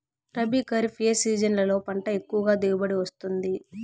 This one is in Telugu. రబీ, ఖరీఫ్ ఏ సీజన్లలో పంట ఎక్కువగా దిగుబడి వస్తుంది